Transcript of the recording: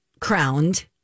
crowned